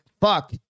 fuck